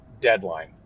deadline